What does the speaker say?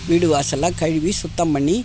வீடு வாசலெல்லாம் கழுவி சுத்தம் பண்ணி